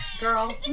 Girl